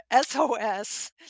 SOS